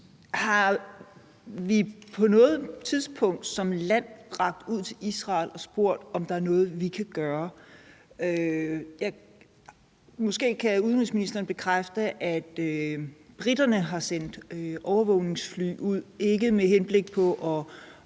Har vi på noget tidspunkt som land rakt ud til Israel og spurgt, om der er noget, vi kan gøre? Måske kan udenrigsministeren bekræfte, at briterne har sendt overvågningsfly ud med henblik på